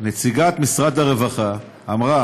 נציגת משרד הרווחה אמרה